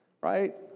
Right